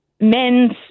men's